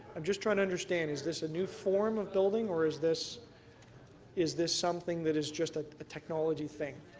i'm just trying to understand, is this a new form of building, or is this is this something that is just ah a technology thing?